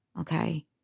okay